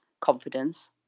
confidence